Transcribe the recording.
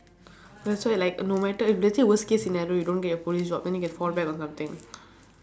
that's why like no matter if let's say worst case scenario you don't get your police job then you can fall back on something